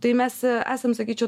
tai mes esam sakyčiau